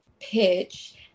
pitch